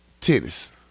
Tennis